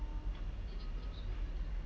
you can